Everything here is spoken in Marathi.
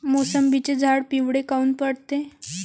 मोसंबीचे झाडं पिवळे काऊन पडते?